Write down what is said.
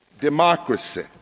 Democracy